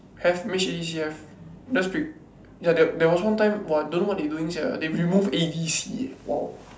have made A D C have ya there there was one time !wah! don't know what they doing sia they remove A_D_C eh !wow!